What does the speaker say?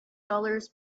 dollars